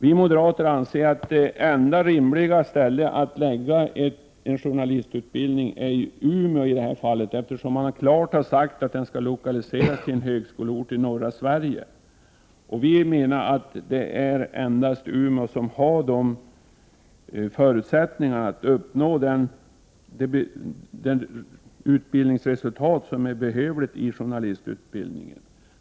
Vi moderater anser att det enda rimliga stället att förlägga en journalistutbildning till är Umeå, eftersom det klart har sagts att den skall lokaliseras till en högskoleort i norra Sverige. Det är endast Umeå som har förutsättningarna att uppnå det utbildningsresultat som är behövligt i journalistutbildningen.